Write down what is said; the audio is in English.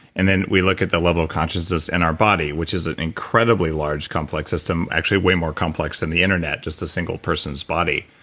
and then we look at the level of consciousness in our body, which is an incredibly large complex system, actually way more complex than the internet, just a single person's body.